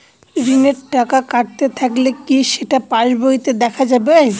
ঋণের টাকা কাটতে থাকলে কি সেটা পাসবইতে দেখা যাবে?